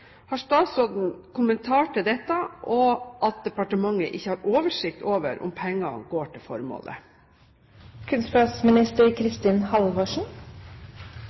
kommentar til dette, og til at departementet ikke har oversikt over om pengene går til formålet?»